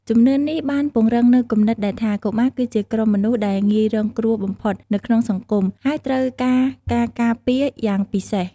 ជំនឿនេះបានពង្រឹងនូវគំនិតដែលថា កុមារគឺជាក្រុមមនុស្សដែលងាយរងគ្រោះបំផុតនៅក្នុងសង្គម ហើយត្រូវការការការពារយ៉ាងពិសេស។